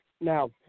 Now